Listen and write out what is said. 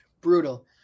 Brutal